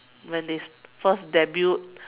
when this first debut